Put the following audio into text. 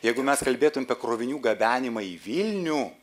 jeigu mes kalbėtumėm apie krovinių gabenimą į vilnių